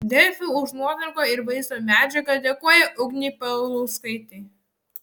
delfi už nuotrauką ir vaizdo medžiagą dėkoja ugnei paulauskaitei